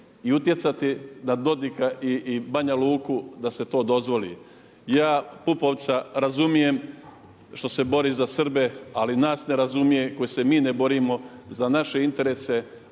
i utjecati na Dodika i na Banja Luku da se to dozvoli. Ja Pupovca razumijem što se bori za Srbe, ali nas ne razumije koji se mi ne borimo za naše interese,